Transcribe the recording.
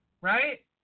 right